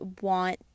want